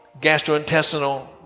gastrointestinal